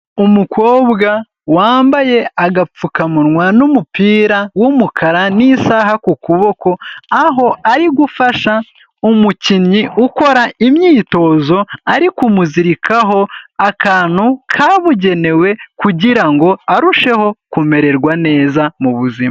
Umukobwa wambaye agapfukamunwa n'umupira w'umukara n'isaha ku kuboko aho arigufasha umukinnyi ukora imyitozo arikumuzirikaho akantu kabugenewe kugira ngo arusheho kumererwa neza mu buzima.